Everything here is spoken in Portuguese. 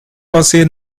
você